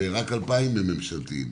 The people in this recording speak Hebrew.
ורק 2,000 הם ממשלתיים.